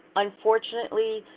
unfortunately,